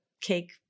cake